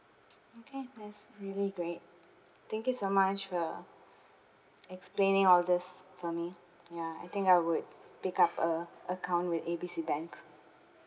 okay yes really great thank you so much for your explaining all this for me ya I think I would pick up uh account with A B C bank